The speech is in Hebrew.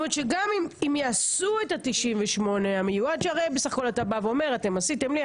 גם אם יעשו את 98 המיועד הרי בסך הכול אתה אומר: אתם עשיתם לי,